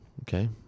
Okay